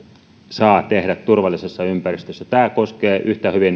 saa tehdä turvallisessa ympäristössä tämä koskee